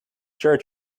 sure